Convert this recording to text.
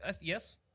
Yes